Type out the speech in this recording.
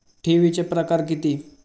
ठेवीचे प्रकार किती?